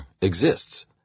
exists